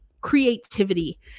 creativity